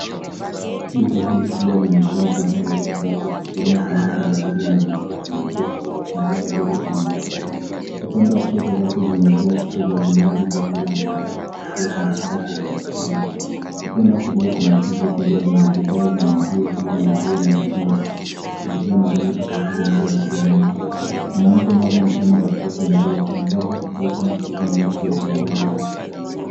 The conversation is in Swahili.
Duka hili kubwa limejaa bidhaa mbalimbali zikiwemo vinywaji baridi na bidhaa za maziwa zilizopangwa vizuri kwenye rafu. Upande wa kushoto rafu zimejaa chupa za vinywaji vya rangi mbalimbali zikiwa zimepangwa kwa utaratibu. Upande wa kulia kuna friji kubwa yenye bidhaa za maziwa kama maziwa na mitindo zikiwa na rangi tofauti zinazovutia macho. Mwanamke mmoja amesimama katikati ya njia, amevaa shati jeupe na sketi nyeusi akiangalia bidhaa.